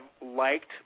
liked